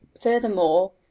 Furthermore